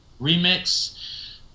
remix